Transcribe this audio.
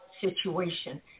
situation